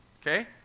Okay